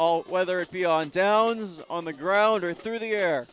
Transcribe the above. all whether it be on downs on the ground or through the air